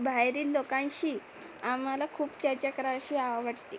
बाहेरील लोकांशी आम्हाला खूप चर्चा करावीशी आवडते